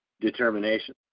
determination